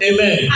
Amen